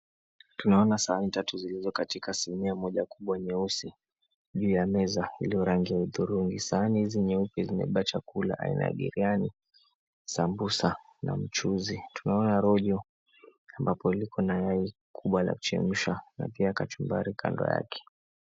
Tunaona sahani tatu zilizokatika sinia moja kubwa nyeusi juu ya meza iliyo rangi ya hudhurungi. Sahani hizi nyeupe zimebeba chakula aina ya biriani, sambusa na mchuzi. Tunaona rojo ambapo liko na yai kubwa la kuchemsha na pia kachumbari kando yake.